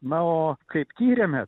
na o kaip tyrėme